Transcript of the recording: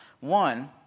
One